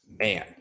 Man